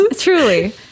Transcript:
Truly